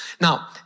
Now